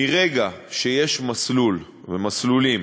מרגע שיש מסלול ומסלולים